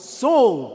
soul